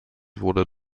wurde